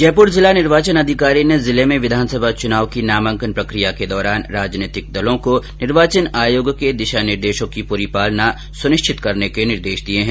जयपुर जिला निर्वाचन अधिकारी ने जिले में विधानसभा चुनाव की नामांकन प्रक्रिया के दौरान राजनैतिक दलों को निर्वाचन आयोग के दिशा निर्देशों की पूरी पालना सुनिश्चित करने के निर्देश दिये है